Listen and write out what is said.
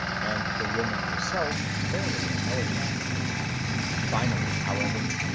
and the woman herself fairly intelligent finally, however,